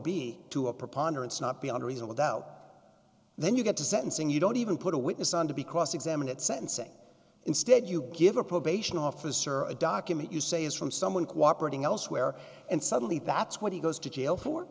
b to a preponderance not beyond a reasonable doubt then you've got to sentencing you don't even put a witness on to be cross examined at sentencing instead you give a probation officer a document you say is from someone cooperate in elsewhere and suddenly that's when he goes to jail for